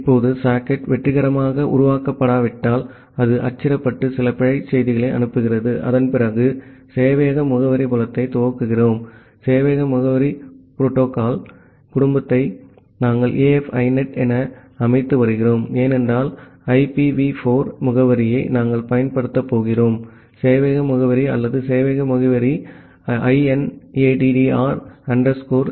இப்போது சாக்கெட் வெற்றிகரமாக உருவாக்கப்படாவிட்டால் அது அச்சிடப்பட்டு சில பிழை செய்திகளை அனுப்புகிறது அதன்பிறகு சேவையக முகவரி புலத்தை துவக்குகிறோம் சேவையக முகவரி பேமிலி புரோட்டோகால் குடும்பத்தை நாங்கள் AF INET என அமைத்து வருகிறோம் ஏனென்றால் ஐபிவி 4 முகவரியை நாங்கள் பயன்படுத்தப் போகிறோம் சேவையக முகவரி அல்லது சேவையக முகவரி இதை INADDR ANY ஆக எடுத்துக்கொள்கிறோம்